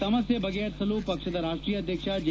ಸಮಸ್ಕೆ ಬಗೆಹರಿಸಲು ಪಕ್ಷದ ರಾಷ್ಟೀಯ ಅಧ್ಯಕ್ಷ ಜೆ